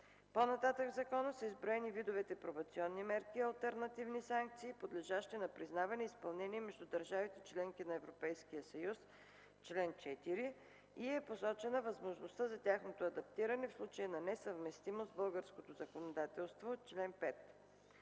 По-нататък в закона са изброени видовете пробационни мерки и алтернативни санкции, подлежащи на признаване и изпълнение между държавите – членки на Европейския съюз, (чл. 4) и е посочена възможността за тяхното адаптиране в случай на несъвместимост с българското законодателство (чл. 5).